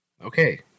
Okay